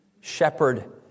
shepherd